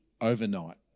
overnight